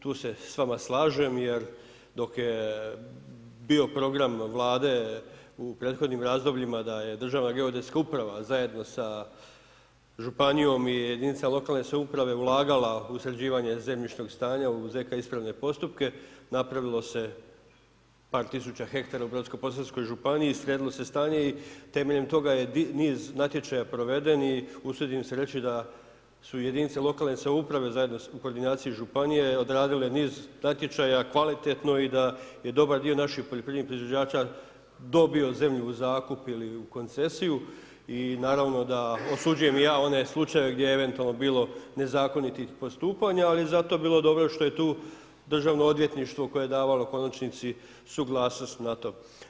Tu se s vama slažem jer dok je bio program Vlade u prethodnim razdobljima da je državna geodetska uprava zajedno sa županijom i jedinicama ulagala u sređivanje zemljišnog stanja u ZK uspravne postupke, napravilo se par tisuća hektara u Brodsko-posavskoj županiji, sredilo se stanje i temeljem toga je niz natječaja proveden i usudim se reći da su jedinice lokalne samouprave zajedno u koordinaciji županije odradile niz natječaja kvalitetno i da je dobar dio naših poljoprivrednih proizvođača dobio zemlju u zakup ili u koncesiju i naravno da osuđujem i ja one slučajeve gdje je eventualno bilo nezakonitih postupanja ali je zato bilo dobro što je tu Državno odvjetništvo koje je davalo u konačnici suglasnost na to.